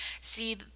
see